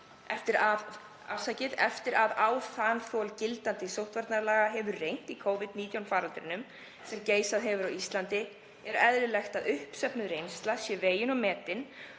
„Eftir að á þanþol gildandi sóttvarnalaga hefur reynt í Covid-19 faraldrinum sem geisað hefur á Íslandi er eðlilegt að uppsöfnuð reynsla sé vegin og metin